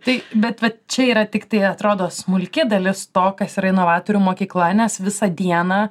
tai bet va čia yra tiktai atrodo smulki dalis to kas yra inovatorių mokykla nes visą dieną